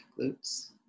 glutes